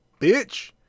bitch